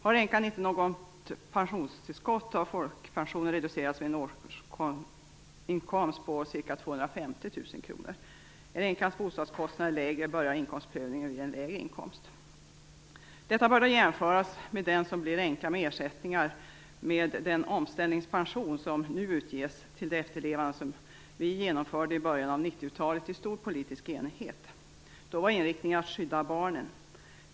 Har änkan inte något pensionstillskott har folkpensionen reducerats vid en årsinkomst på ca 250 000 Detta bör då jämföras med situationen för den som blir änka med ersättningar från den omställningspension som nu utges till de efterlevande som vi genomförde i början av 90-talet i stor politisk enighet. Då var inriktningen att skydda barnen.